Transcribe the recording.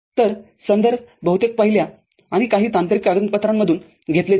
तर संदर्भ बहुतेक पहिल्या आणि काही तांत्रिक कागदपत्रांमधून घेतले जातात